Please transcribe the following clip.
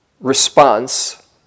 response